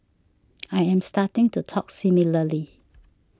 I am starting to talk similarly